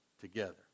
together